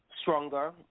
stronger